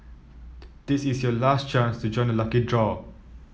this is your last chance to join the lucky draw